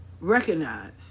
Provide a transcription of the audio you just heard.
recognize